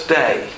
day